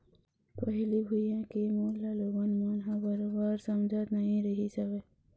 पहिली भुइयां के मोल ल लोगन मन ह बरोबर समझत नइ रहिस हवय